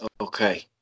Okay